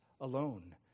alone